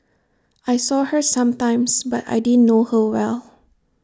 I saw her sometimes but I didn't know her well